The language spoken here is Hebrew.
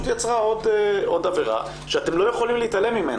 יצרה עוד עבירה שאתם לא יכולים להתעלם ממנה.